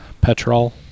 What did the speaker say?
Petrol